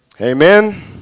Amen